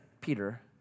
Peter